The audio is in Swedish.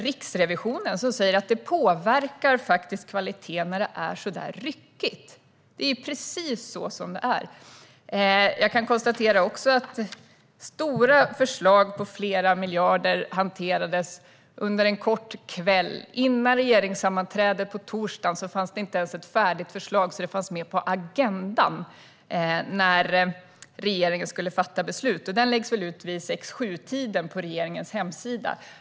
Riksrevisionen säger att det påverkar kvaliteten när det är så där ryckigt. Det är precis så det är! Jag kan också konstatera att stora förslag omfattande flera miljarder hanterades under en kort kväll. Inför regeringssammanträdet på torsdagen fanns det inte ens ett färdigt förslag så att det fanns med på agendan när regeringen skulle fatta beslut. Agendan läggs väl ut vid 6-7-tiden på regeringens hemsida.